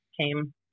came